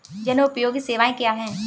जनोपयोगी सेवाएँ क्या हैं?